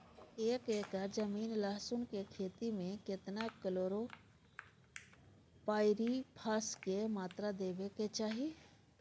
एक एकर जमीन लहसुन के खेती मे केतना कलोरोपाईरिफास के मात्रा देबै के चाही?